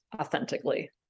authentically